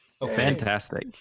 Fantastic